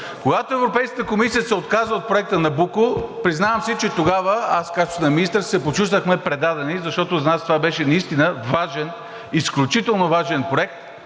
Когато Европейската комисия се отказа от проекта „Набуко“, признавам си, че тогава аз в качеството си на министър се почувствахме предадени, защото за нас това беше наистина важен, изключително важен проект.